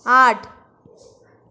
आठ